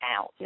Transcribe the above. out